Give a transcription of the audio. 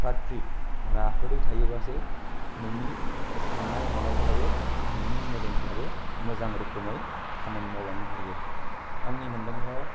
फ्राद फ्रिद राफोदै थायोब्लासो नोंनि साननाय हनाय फोराबो नोंनि मेलेमफ्राबो मोजां रोखोमै खामानि मावलांनो हायो आंनि मोनदांनायाव